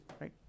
right